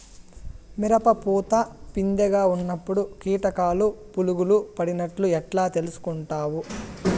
మిరప పూత పిందె గా ఉన్నప్పుడు కీటకాలు పులుగులు పడినట్లు ఎట్లా తెలుసుకుంటావు?